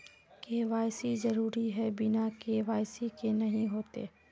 KYC जरुरी है बिना के.वाई.सी के नहीं होते?